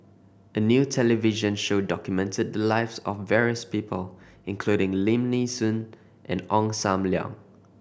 a new television show documented the lives of various people including Lim Nee Soon and Ong Sam Leong